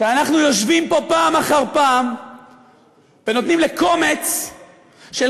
שאנחנו יושבים פה פעם אחר פעם ונותנים לקומץ של